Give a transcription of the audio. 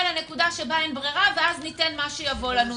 שבה אין ברירה ואז ניתן לכם מה שיבוא לנו.